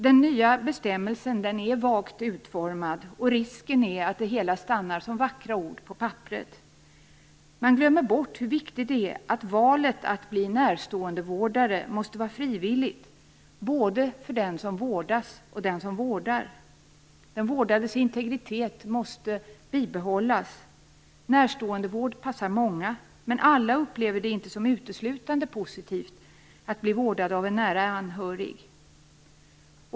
Den nya bestämmelsen är vagt utformad, och risken är att det hela stannar vid vackra ord på papperet. Man glömmer bort hur viktigt det är att valet att bli närståendevårdare måste vara frivilligt, både för den som vårdas och för den som vårdar. Den vårdades integritet måste bibehållas. Närståendevård passar många, men alla upplever det inte som uteslutande positivt att bli vårdade av en nära anhörig.